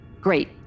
Great